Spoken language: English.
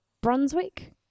Brunswick